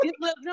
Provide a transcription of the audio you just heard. No